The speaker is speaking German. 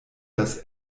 das